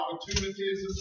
opportunities